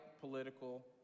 political